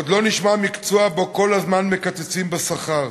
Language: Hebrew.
עוד לא נשמע על מקצוע שבו כל הזמן מקצצים בשכר.